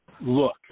look